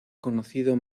conocido